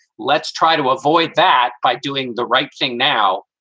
let's try to avoid that by doing the right thing now,